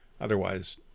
Otherwise